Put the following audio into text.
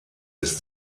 ist